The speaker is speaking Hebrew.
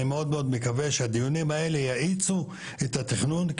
אני מאוד מקווה שהדיונים האלה יאיצו את התכנון,